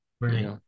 right